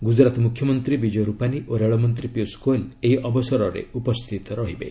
ଗୁଜରାଟ ମୁଖ୍ୟମନ୍ତ୍ରୀ ବିଜୟ ରୁପାନୀ ଓ ରେଳମନ୍ତ୍ରୀ ପୀୟଷ ଗୋଏଲ ଏହି ଅବସରରେ ଉପସ୍ଥିତ ରହିବେ